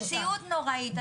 המציאות נוראית,